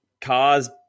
cars